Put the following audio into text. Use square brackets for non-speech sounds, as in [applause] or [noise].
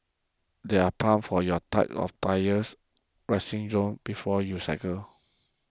there are pumps for your [unintelligible] tyres resting zone before you cycle